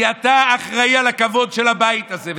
כי אתה אחראי לכבוד של הבית הזה,